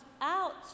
out